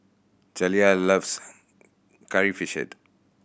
Jaliyah loves Curry Fish Head